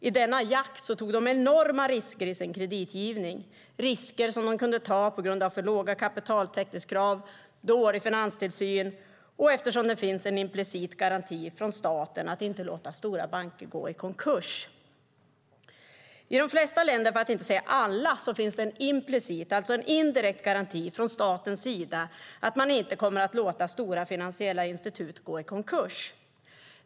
I denna jakt tog de enorma risker i sin kreditgivning, risker de kunde ta på grund av för låga kapitaltäckningskrav och dålig finanstillsyn och eftersom det finns en implicit garanti från staten att inte låta stora banker gå i konkurs. I de flesta länder, för att inte säga alla, finns det en implicit, indirekt garanti från statens sida: Man kommer inte att låta stora finansiella institut gå i konkurs.